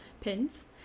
pins